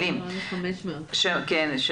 לפגוע באינטרסים וברצונות של הקבוצה השניה.